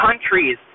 countries